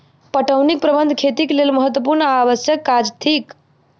पटौनीक प्रबंध खेतीक लेल महत्त्वपूर्ण आ आवश्यक काज थिक